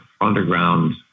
underground